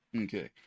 Okay